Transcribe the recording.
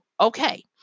okay